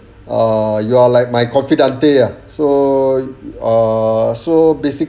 ah you're like my confidante ah so uh so basic